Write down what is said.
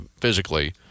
physically